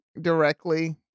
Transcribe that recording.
directly